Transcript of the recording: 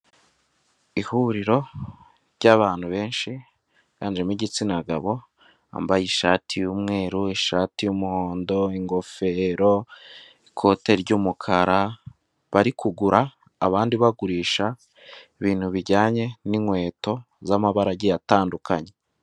Ihuriro ry'abantu benshi biganjemo igitsina gabo bambaye ishati y'umweru, ishati y'umuhondo, ingofero, ikote ry'umukara bari kugura abandi bagurisha ibintu bijyanye n'inkweto z'amabara agiye atandukanye.